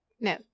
no